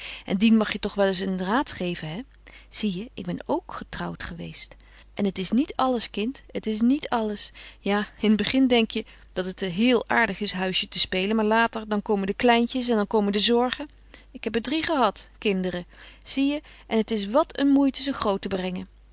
en dien mag je toch wel eens een raad geven hè zie je ik ben ook getrouwd geweest en het is niet alles kind het is niet alles ja in het begin denk je dat het heel aardig is huisje te spelen maar later dan komen de kleintjes en dan komen de zorgen ik heb er drie gehad kinderen zie je en het is wat een moeite ze groot te brengen